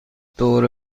دور